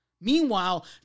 Meanwhile